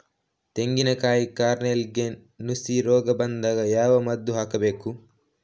ತೆಂಗಿನ ಕಾಯಿ ಕಾರ್ನೆಲ್ಗೆ ನುಸಿ ರೋಗ ಬಂದಾಗ ಯಾವ ಮದ್ದು ಹಾಕಬೇಕು?